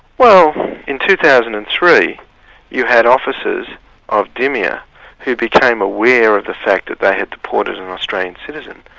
well in two thousand and three you had officers of dimia who became aware of the fact that they had deported an australian citizen,